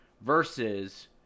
versus